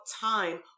time